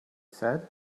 said